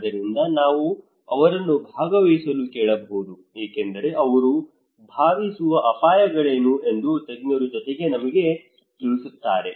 ಆದ್ದರಿಂದ ನಾವು ಅವರನ್ನು ಭಾಗವಹಿಸಲು ಕೇಳಬೇಕು ಏಕೆಂದರೆ ಅವರು ಭಾವಿಸುವ ಅಪಾಯಗಳೇನು ಎಂದು ತಜ್ಞರ ಜೊತೆಗೆ ನಮಗೆ ತಿಳಿಸುತ್ತಾರೆ